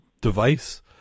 device